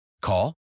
Call